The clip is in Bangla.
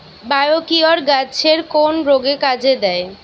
বায়োকিওর গাছের কোন রোগে কাজেদেয়?